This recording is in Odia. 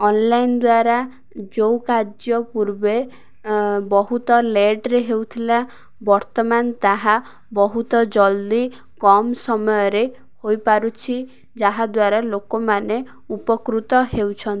ଅନ୍ଲାଇନ୍ ଦ୍ୱାରା ଯେଉଁ କାର୍ଯ୍ୟ ପୂର୍ବେ ବହୁତ ଲେଟ୍ରେ ହେଉଥିଲା ବର୍ତ୍ତମାନ ତାହା ବହୁତ ଜଲ୍ଦି କମ୍ ସମୟରେ ହୋଇପାରୁଛି ଯାହାଦ୍ୱାରା ଲୋକମାନେ ଉପକୃତ ହେଉଛନ୍ତି